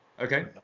Okay